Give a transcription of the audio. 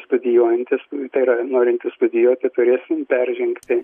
studijuojantys tai yra norintys studijuoti turėsim peržengti